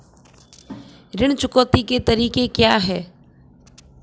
ऋण चुकौती के तरीके क्या हैं?